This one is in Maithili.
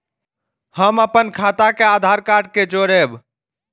हम अपन खाता के आधार कार्ड के जोरैब?